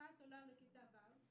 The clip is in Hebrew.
אחת עולה לכיתה ו'